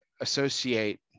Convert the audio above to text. associate